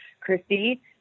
Christy